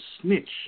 snitch